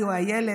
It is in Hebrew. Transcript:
כחולות.